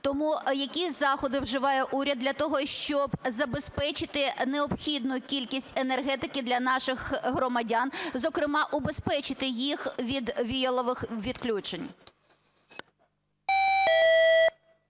Тому, які заходи вживає уряд для того, щоб забезпечити необхідну кількість енергетики для наших громадян, зокрема убезпечити їх від віялових відключень?